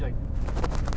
mm